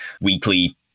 weekly